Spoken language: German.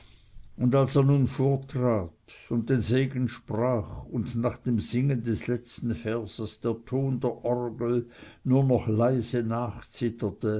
als er nun vortrat und den segen sprach und nach dem singen des letzten verses der ton der orgel nur noch leise